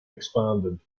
expanded